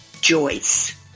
Joyce